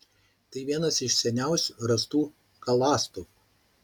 tai vienas iš seniausių rastų galąstuvų